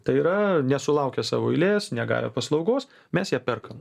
tai yra nesulaukę savo eilės negavę paslaugos mes ją perkam